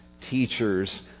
teachers